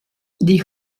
die